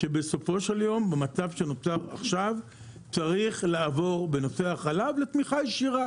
שבסופו של יום במצב שנוצר עכשיו צריך לעבור בנושא החלב לתמיכה ישירה.